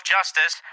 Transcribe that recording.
Justice